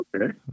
Okay